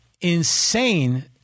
insane